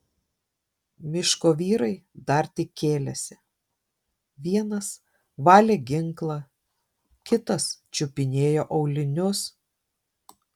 miško vyrai dar tik kėlėsi vienas valė ginklą kitas čiupinėjo aulinius